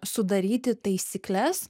sudaryti taisykles